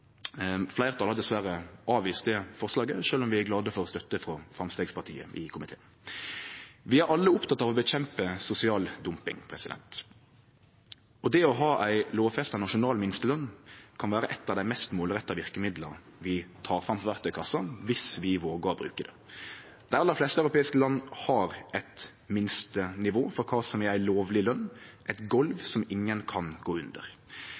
Fleirtalet har dessverre avvist det forslaget, men vi er glade for støtte frå Framstegspartiet i komiteen. Vi er alle opptekne av å kjempe imot sosial dumping. Det å ha ei lovfesta nasjonal minsteløn kan vere eit av dei mest målretta verkemidla vi tek fram frå verktøykassa dersom vi vågar å bruke det. Dei aller fleste europeiske land har eit minstenivå for kva som er ei lovleg løn – eit golv som ingen kan gå under.